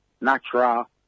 natural